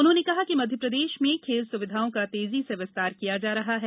उन्होंने कहा कि मध्यप्रदेश में खेल सुविधाओं का तेजी से विस्तार किया जा रहा है